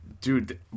Dude